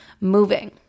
moving